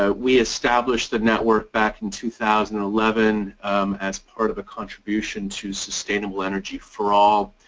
ah we established the network back in two thousand and eleven as part of a contribution to sustainable energy for all.